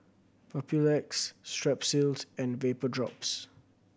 Papulex Strepsils and Vapodrops